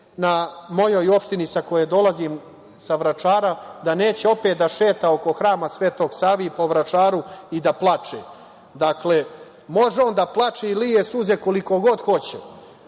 na mojoj opštini sa koje dolazim, sa Vračara, da neće opet da šeta oko Hrama Svetog Save i po Vračaru i da plače. Dakle, može on da plače i lije suze koliko god hoće.